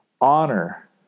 honor